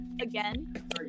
again